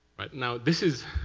now, this is